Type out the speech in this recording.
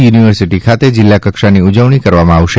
university ખાતે જીલ્લા કક્ષાની ઉજવણી કરવામાં આવશે